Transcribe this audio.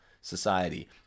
society